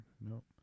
Nope